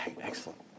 Excellent